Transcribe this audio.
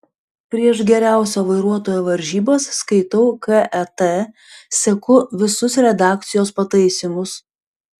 prieš geriausio vairuotojo varžybas skaitau ket seku visus redakcijos pataisymus